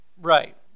Right